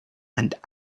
and